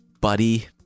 buddy